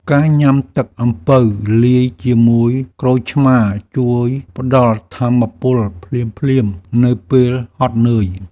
ការញ៉ាំទឹកអំពៅលាយជាមួយក្រូចឆ្មារ ជួយផ្តល់ថាមពលភ្លាមៗនៅពេលហត់នឿយ។